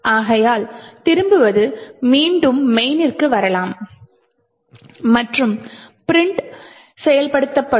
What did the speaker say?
ஆகையால் திரும்புவது மீண்டும் main னிற்கு வரலாம் மற்றும் printf செயல்படுத்தப்படும்